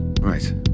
Right